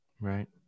Right